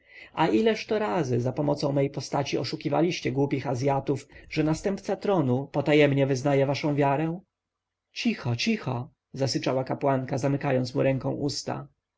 a ileż to razy zapomocą mej postaci oszukiwaliście głupich azjatów że następca egipskiego tronu potajemnie wyznaje waszą wiarę cicho cicho zasyczała kapłanka zamykając mu ręką usta